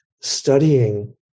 studying